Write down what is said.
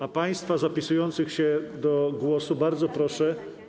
A państwa zapisujących się do głosu bardzo proszę.